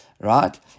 right